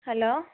hello